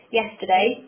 yesterday